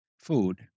food